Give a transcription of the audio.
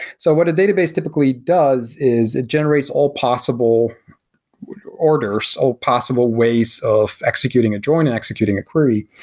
so what a database typically does is it generates all possible orders, all possible ways of executing a join and executing a query,